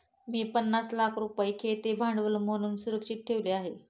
मी पन्नास लाख रुपये खेळते भांडवल म्हणून सुरक्षित ठेवले आहेत